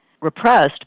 repressed